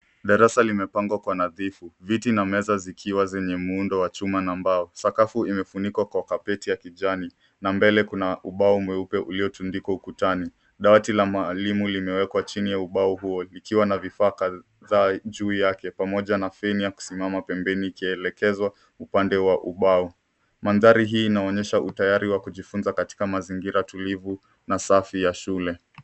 Darasa limepangwa kwa nadhifu. Viti na meza zikiwa zenye muundo wa chuma na mbao. Sakafu imefunikwa kwa kapeti ya kijani na mbele kuna ubao mweupe uliotundikwa ukutani. Dawati la mwalimu limewekwa chini ya ubao huo likiwa na vifaa kadhaa juu yake pamoja na feni ya kusimama pembeni, ikielekezwa upande wa ubao. Mandhari hii inaonyesha utayari wa kujifunza katika mazingira tulivu na safi ya shule.